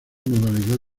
modalidad